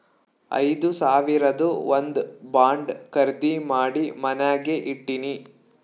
ಐದು ಸಾವಿರದು ಒಂದ್ ಬಾಂಡ್ ಖರ್ದಿ ಮಾಡಿ ಮನ್ಯಾಗೆ ಇಟ್ಟಿನಿ